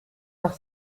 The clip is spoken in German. noch